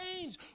change